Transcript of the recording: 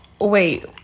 wait